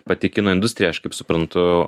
pati kino industrija aš kaip suprantu